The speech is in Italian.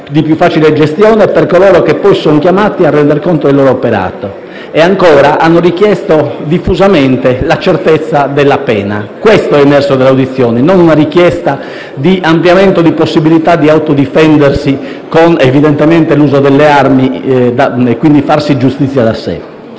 di più facile gestione per coloro che poi sono chiamati a rendere conto del loro operato e, ancora, si è richiesta diffusamente la certezza della pena. Questo è emerso dalle audizioni e non una richiesta di ampliamento di possibilità di autodifendersi, evidentemente, con l'uso delle armi, facendosi quindi giustizia da sé.